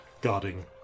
guarding